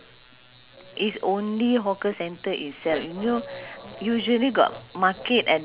they use ah basmati rice and then it came out in the papers the taliwang eh nasi lemak taliwang